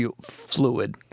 fluid